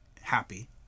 happy